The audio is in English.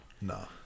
No